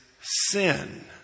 sin